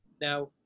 Now